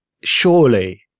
Surely